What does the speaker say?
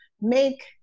make